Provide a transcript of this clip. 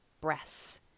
breaths